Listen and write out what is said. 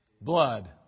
blood